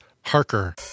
harker